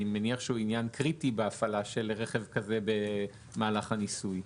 אני מניח שזה עניין קריטי בהפעלת רכב כזה במהלך הניסוי.